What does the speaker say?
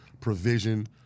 provision